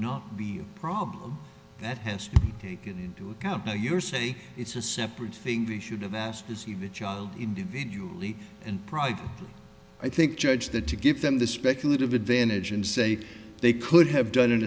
not be a problem that has taken into account now you're saying it's a separate thing we should have asked to see the child individually and probably i think judge that to give them the speculative advantage and say they could have done